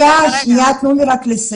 מגע, דיגום בהוראת משרד הבריאות.